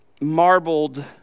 marbled